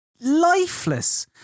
lifeless